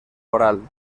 oral